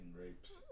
rapes